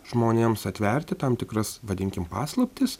žmonėms atverti tam tikras vadinkim paslaptis